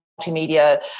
multimedia